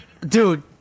Dude